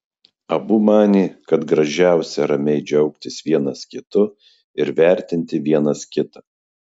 abu manė kad gražiausia ramiai džiaugtis vienas kitu ir vertinti vienas kitą